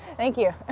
thank you.